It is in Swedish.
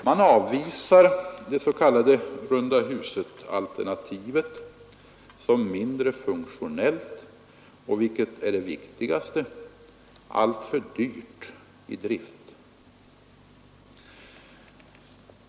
Man avvisar det s.k. rundahusalternativet som mindre funktionellt och, vilket är det viktigaste, alltför dyrt i drift.